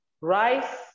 Rice